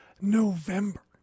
November